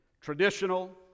traditional